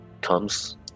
comes